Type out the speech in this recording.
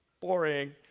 boring